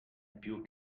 più